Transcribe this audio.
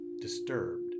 disturbed